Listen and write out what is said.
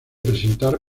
presentar